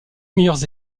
meilleures